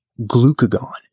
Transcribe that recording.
glucagon